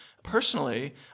Personally